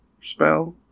spell